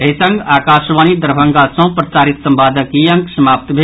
एहि संग आकाशवाणी दरभंगा सँ प्रसारित संवादक ई अंक समाप्त भेल